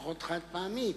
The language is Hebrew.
חד-פעמיות,